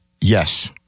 Yes